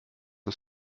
que